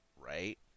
Right